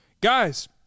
Guys